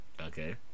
Okay